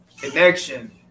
connection